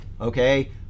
okay